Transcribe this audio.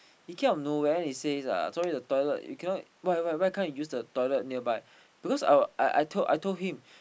he came out of nowhere he says uh sorry the toilet we cannot why why why can't you use the toilet nearby because I I I told I told him